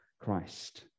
Christ